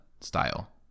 style